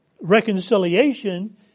reconciliation